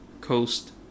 coast